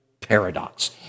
paradox